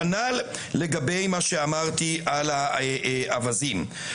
כנ"ל לגבי מה שאמרתי על האווזים.